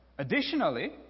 Additionally